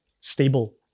stable